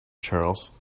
charles